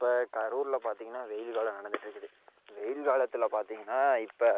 இப்போ கரூரில் பார்த்திங்கன்னா வெயில் காலம் நடந்துகிட்டு இருக்குது வெயில் காலத்தில் பார்த்திங்கன்னா இப்போ